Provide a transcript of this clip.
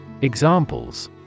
Examples